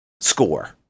score